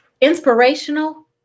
inspirational